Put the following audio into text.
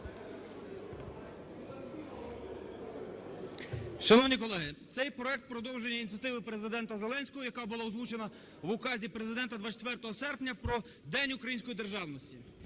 Шановні колеги, цей проект продовжує ініціативу Президента Зеленського, яка була озвучена в Указі Президента 24 серпня про День Української Державності.